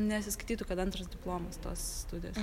nesiskaitytų kad antras diplomas tos studijos